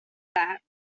that